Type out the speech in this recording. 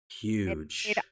huge